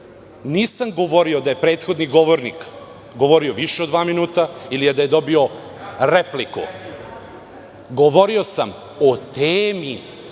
nisam govorio da je prethodni govornik govorio više od dva minuta, ili da je dobio repliku. Govorio sam o temi